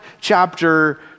chapter